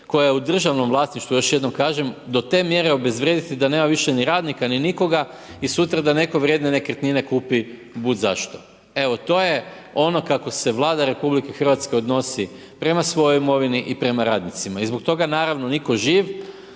je u državnom vlasništvu, još jednom kažem, do te mjere obezvrijediti, da nema više ni radnika ni nikoga, i sutradan, da netko vrijedne nekretnine kupi …/Govornik se ne razumije./… Evo to je ono kako se Vlada Republike Hrvatske odnosi prema svojoj imovini i prema radnicima i zbog toga naravno nitko živ